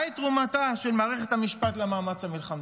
מהי תרומתה של מערכת המשפט למאמץ המלחמתי?